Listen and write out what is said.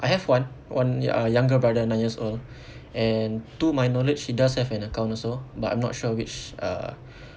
I have one one uh younger brother nine years old and to my knowledge he does have an account also but I'm not sure which uh